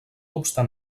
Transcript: obstant